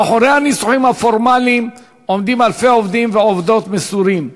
מאחורי הניסוחים הפורמליים עומדים אלפי עובדים ועובדות מסורים,